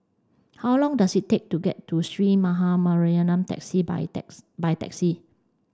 how long does it take to get to Sree Maha Mariamman taxi by by taxi